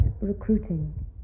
recruiting